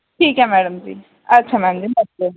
ठीक ऐ मैडम जी अच्छा मैडम जी नमस्ते